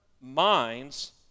minds